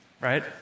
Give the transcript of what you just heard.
Right